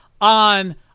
on